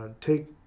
take